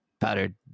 powdered